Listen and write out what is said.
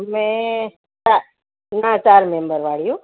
અમે ના ચાર મેમ્બર વાળી હો